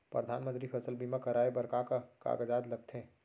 परधानमंतरी फसल बीमा कराये बर का का कागजात लगथे?